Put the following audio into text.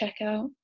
checkout